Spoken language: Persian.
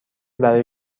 برای